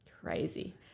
Crazy